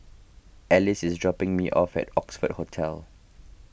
Alice is dropping me off at Oxford Hotel